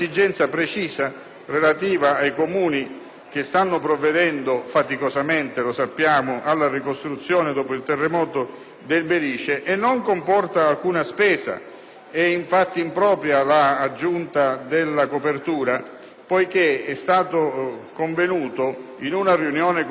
che stanno provvedendo - faticosamente, lo sappiamo - alla ricostruzione dopo il terremoto del Belice, e non comporta alcuna spesa. È infatti impropria l'aggiunta della copertura, poiché in una riunione con il Ministro per la semplificazione